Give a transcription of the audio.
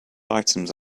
items